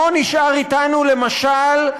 למשל,